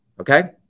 Okay